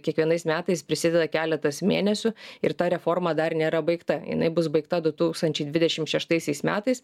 kiekvienais metais prisideda keletas mėnesių ir ta reforma dar nėra baigta jinai bus baigta du tūkstančiai dvidešim šeštaisiais metais